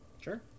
Sure